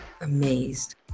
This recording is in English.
Amazed